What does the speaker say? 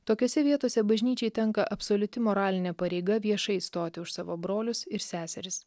tokiose vietose bažnyčiai tenka absoliuti moralinė pareiga viešai stoti už savo brolius ir seseris